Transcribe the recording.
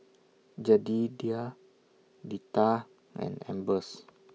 Jedediah Deetta and Ambers